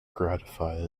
gratify